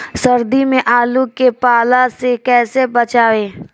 सर्दी में आलू के पाला से कैसे बचावें?